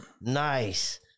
nice